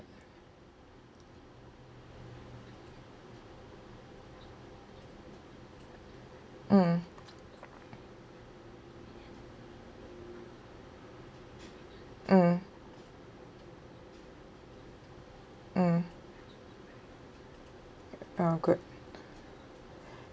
mm mm mm oh good